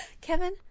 Kevin